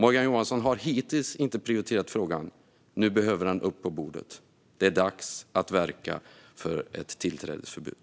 Morgan Johansson har hittills inte prioriterat frågan. Nu behöver den komma upp på bordet. Det är dags att verka för ett tillträdesförbud.